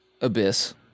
Abyss